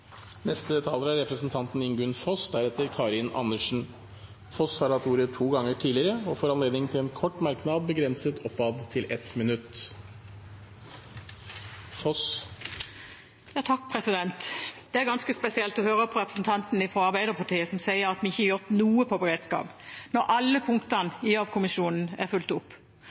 Representanten Ingunn Foss har hatt ordet to ganger tidligere og får ordet til en kort merknad, begrenset til 1 minutt. Det er ganske spesielt å høre på representanten fra Arbeiderpartiet, som sier at vi ikke har gjort noe på beredskap, når alle punktene i Gjørv-kommisjonen er fulgt opp.